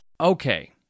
Okay